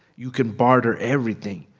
you can barter everything.